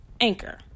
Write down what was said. Anchor